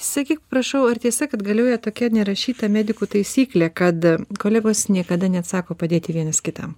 sakyk prašau ar tiesa kad galioja tokia nerašyta medikų taisyklė kada kolegos niekada neatsisako padėti vienas kitam